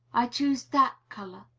i choose that color.